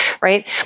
Right